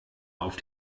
auf